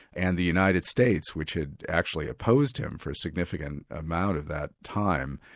and the united states which had actually opposed him for a significant amount of that time,